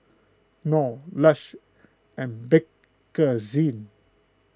Knorr Lush and Bakerzin